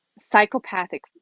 psychopathic